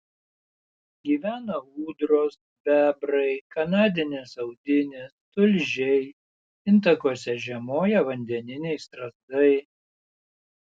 gyvena ūdros bebrai kanadinės audinės tulžiai intakuose žiemoja vandeniniai strazdai